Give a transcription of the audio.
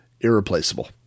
irreplaceable